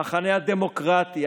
המחנה הדמוקרטי,